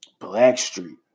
Blackstreet